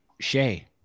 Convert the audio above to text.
Shay